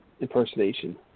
impersonation